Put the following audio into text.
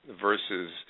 versus